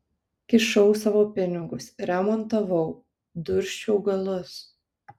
kišau savo pinigus remontavau dursčiau galus